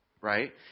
right